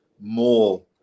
more